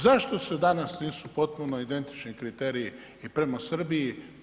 Zašto danas nisu potpuno identični kriteriji i prema Srbiji.